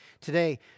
Today